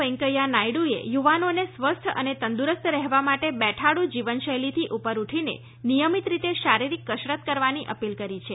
વેકૈયા નાયડુએ યુવાનોને સ્વસ્થ અને તંદુરસ્ત રહેવા માટે બેઠાડુ જીવનશૈલીથી ઉપર ઉઠીને નિયમિત રીતે શારીરિક કસરત કરવાનો અપીલ કરી છે